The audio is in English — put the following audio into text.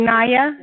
Naya